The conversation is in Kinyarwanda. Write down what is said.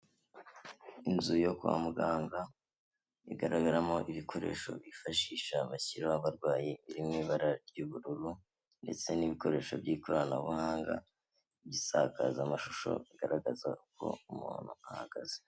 Inzu yo kwa muganga igaragaramo ibikoresho bifashisha bashyiraho abarwayi, biri mu ibara ry'ubururu ndetse n'ibikoresho by'ikoranabuhanga by'isakazamashusho, bigaragaza uko umuntu ahagaze.